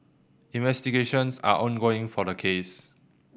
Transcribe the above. investigations are ongoing for the case